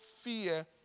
fear